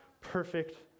perfect